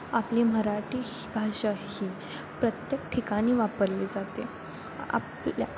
आपली मराठी ही भाषा ही प्रत्येक ठिकाणी वापरली जाते आपल्या